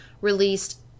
released